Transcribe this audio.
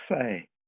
say